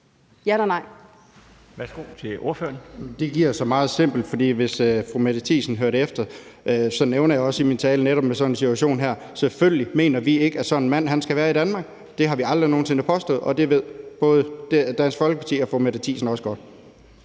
Kristian Bøgsted (DD): Det giver sig selv meget simpelt, for hvis fru Mette Thiesen hørte efter, nævnte jeg også i min tale netop sådan en situation. Selvfølgelig mener vi ikke, at sådan en mand skal være i Danmark. Det har vi aldrig nogen sinde påstået, og det ved både Dansk Folkeparti og fru Mette Thiesen også godt.